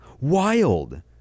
Wild